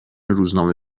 روزنامه